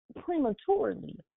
prematurely